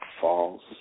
false